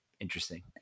interesting